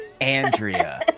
Andrea